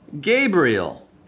Gabriel